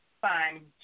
fine